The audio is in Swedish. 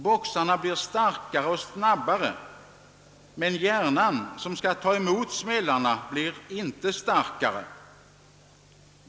Boxarna blir starkare och snabbare. Men hjärnan som skall ta emot smällarna blir inte starkare.